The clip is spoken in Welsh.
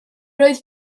oedd